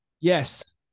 Yes